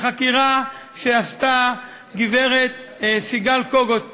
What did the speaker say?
לחקירה שעשתה גברת סיגל קוגוט מודעתנו.